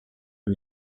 who